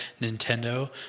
nintendo